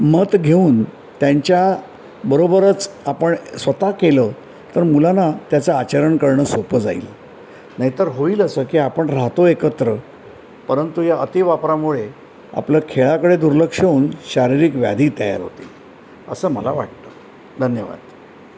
मत घेऊन त्यांच्या बरोबरच आपण स्वत केलं तर मुलांना त्याचं आचरण करणं सोपं जाईल नाईतर होईल असं की आपण राहतो एकत्र परंतु या अतिवापरामुळे आपलं खेळाकडे दुर्लक्ष होऊन शारीरिक व्याधी तयार होतील असं मला वाटतं धन्यवाद